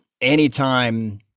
anytime